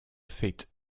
feet